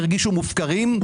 הרגישו מופקרים,